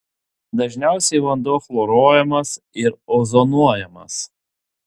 dažniausiai vanduo chloruojamas ir ozonuojamas